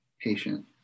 patient